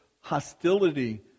hostility